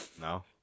No